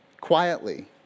quietly